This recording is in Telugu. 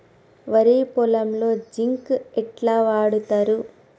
వరి పొలంలో జింక్ ఎట్లా వాడుతరు?